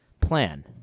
plan